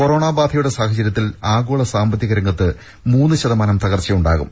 corona ബാധയുടെ സാഹചര്യത്തിൽ ആഗോള സാമ്പത്തിക രംഗത്ത് മൂന്ന് ശതമാനം തകർച്ചയുണ്ടാകും